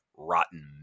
rotten